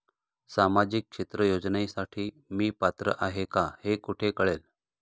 सामाजिक क्षेत्र योजनेसाठी मी पात्र आहे का हे कुठे कळेल?